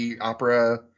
opera